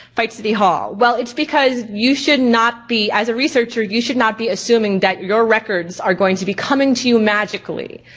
fight city hall? well it's because you should not be, as a researcher, you should not be assuming that your records are going to be coming to you magically.